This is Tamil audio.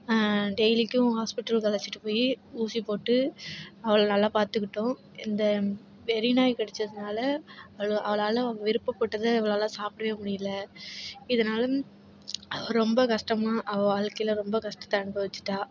டெய்லிக்கும் ஹாஸ்பிட்டல்க்கு அழைச்சிட்டு போய் ஊசி போட்டு அவளை நல்லா பார்த்துக்கிட்டோம் இந்த வெறி நாய் கடிச்சதுனால் அவ்வளோ அவளால் விருப்பப்பட்டதை அவளால் சாப்பிடவே முடியல இதனால ரொம்ப கஷ்டமாக அவ வாழ்க்கையில் ரொம்ப கஷ்டத்தை அனுபவிச்சிட்டா